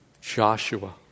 Joshua